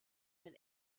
den